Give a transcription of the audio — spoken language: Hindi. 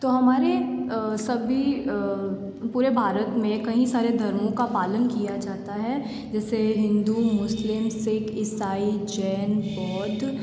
तो हमारे सभी पूरे भारत में कई सारे धर्मो का पालन किया जाता है जैसे हिन्दू मुस्लिम सिक्ख इसाई जैन बौध